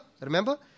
Remember